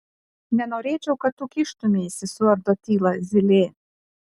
nenorėčiau kad tu kištumeisi suardo tylą zylė